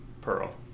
Pearl